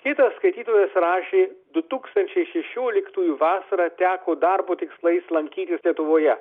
kitas skaitytojas rašė du tūkstančiai šešioliktųjų vasarą teko darbo tikslais lankytis lietuvoje